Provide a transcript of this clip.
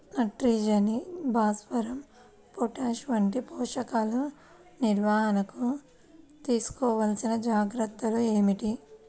నత్రజని, భాస్వరం, పొటాష్ వంటి పోషకాల నిర్వహణకు తీసుకోవలసిన జాగ్రత్తలు ఏమిటీ?